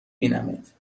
بینمت